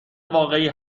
واقعی